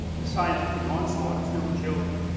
the scientific onslaught is no joke